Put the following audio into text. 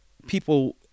people